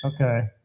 Okay